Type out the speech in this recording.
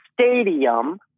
stadium